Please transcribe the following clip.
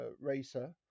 racer